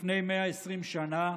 לפני 120 שנה,